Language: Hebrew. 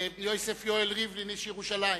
יוסף יואל ריבלין, איש ירושלים.